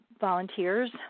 volunteers